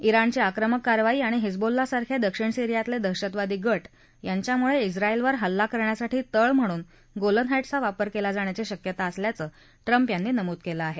ज्ञाणची आक्रमक कारवाई आणि हिज्बोल्लासारखे दक्षिण सिरियातले दहशतवादी गट याच्यामुळे ज्ञाएलवर हल्ला करण्यासाठी तळ म्हणून गोलन हा द्वेसचा वापर केला जाण्याची शक्यता असल्याचं ट्रम्प यांनी नमूद केलं आहे